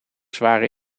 zware